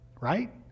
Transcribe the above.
right